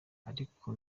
ariko